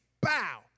bow